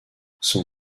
son